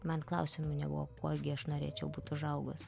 man klausimų nebuvo kuo gi aš norėčiau būt užaugus